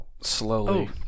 slowly